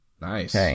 Nice